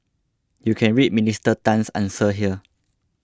you can read Minister Tan's answer here